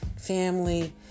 family